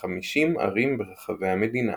בכ-50 ערים ברחבי המדינה.